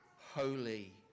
holy